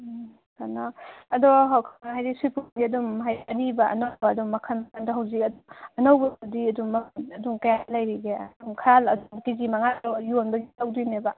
ꯎꯝ ꯀꯩꯅꯣ ꯑꯗꯣ ꯍꯥꯏꯗꯤ ꯁꯣꯏꯄꯨꯝꯁꯦ ꯑꯗꯨꯝ ꯍꯥꯏꯗꯤ ꯑꯔꯤꯕ ꯑꯅꯧꯕ ꯑꯗꯨꯝ ꯃꯈꯟ ꯑꯗꯣ ꯍꯧꯖꯤꯛ ꯑꯅꯧꯕꯕꯨꯗꯤ ꯑꯗꯨꯝꯃꯛ ꯑꯗꯨꯝ ꯀꯌꯥ ꯂꯩꯔꯤꯒꯦ ꯑꯗꯨꯝ ꯈꯔ ꯑꯗꯨꯝ ꯀꯦꯖꯤ ꯃꯉꯥ ꯇꯔꯨꯛ ꯌꯣꯟꯕꯒꯤ ꯂꯧꯗꯣꯏꯅꯦꯕ